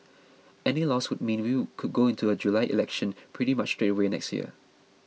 any loss would mean we could go into a July election pretty much straight away next year